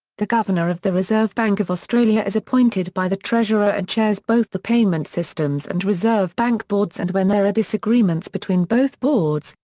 the governor of the reserve bank of australia is appointed by the treasurer and chairs both the payment systems and reserve bank boards and when there are disagreements between both boards,